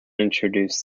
introduced